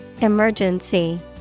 Emergency